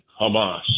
Hamas